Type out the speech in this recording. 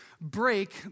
break